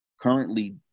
Currently